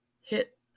hit